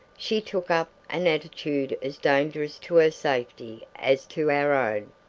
she took up an attitude as dangerous to her safety as to our own.